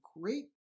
great